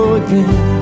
again